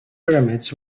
pyramids